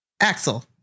Axel